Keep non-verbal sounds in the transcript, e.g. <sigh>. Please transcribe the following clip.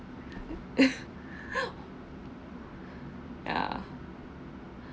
<laughs> ya